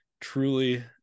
Truly